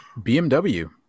BMW